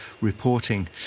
reporting